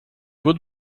would